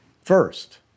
first